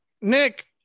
Nick